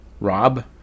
Rob